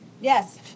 Yes